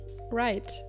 Right